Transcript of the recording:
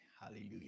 hallelujah